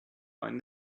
find